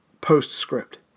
Postscript